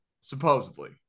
supposedly